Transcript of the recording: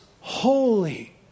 holy